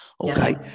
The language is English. Okay